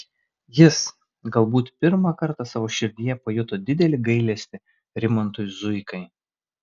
jis galbūt pirmą kartą savo širdyje pajuto didelį gailestį rimantui zuikai